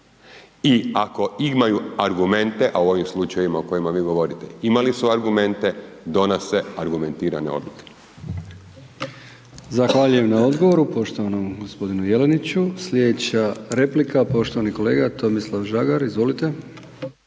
i ako imaju argumente a u ovim slučajevima o kojima vi govorite, imali su argumente, donose argumentirane odluke.